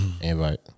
Invite